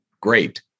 great